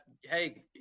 hey